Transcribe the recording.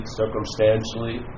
circumstantially